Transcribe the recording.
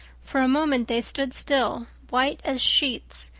for a moment they stood still, white as sheets,